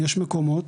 יש מקומות